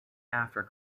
after